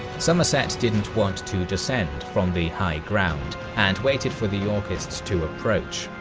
somerset didn't want to descend from the high ground and waited for the yorkists to approach.